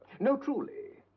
no, truly.